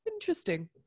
interesting